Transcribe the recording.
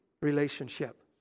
relationship